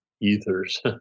ethers